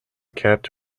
kept